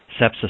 sepsis